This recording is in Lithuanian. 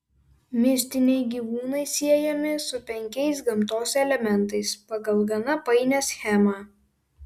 mistiniai gyvūnai siejami su penkiais gamtos elementais pagal gana painią schemą